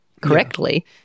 correctly